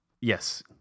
Yes